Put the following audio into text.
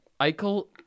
Eichel